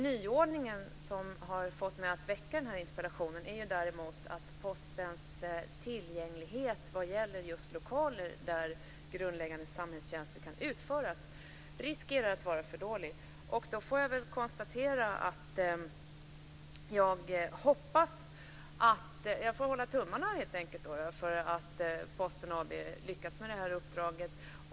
Nyordningen som har fått mig att framställa den här interpellationen är däremot att Postens tillgänglighet när det gäller lokaler där grundläggande samhällstjänster kan utföras riskerar att bli för dålig. Jag håller tummarna för att Posten AB lyckas med sitt uppdrag.